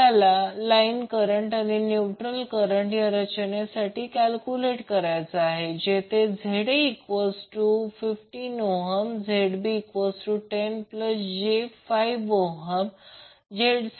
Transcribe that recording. आपल्याला line current आणि neutral current या रचनेसाठी कॅल्क्युलेट करायचा आहे जेथे ZA15 ZB10j5 ZC6 j8